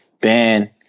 Ben